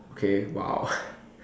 okay !wow!